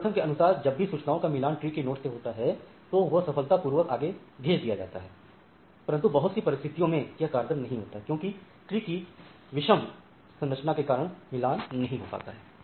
इस एल्गोरिथ्म के अनुसार जब भी सूचनाओं का मिलान ट्री के नोड्स से होता है तो वह सफलतापूर्वक आगे भेज दिया जाता है परंतु बहुत से परिस्थितियों में यह कारगर नहीं होता क्योंकि ट्री की विषम संरचना के कारण मिलान नहीं हो पाता